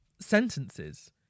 sentences